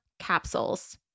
capsules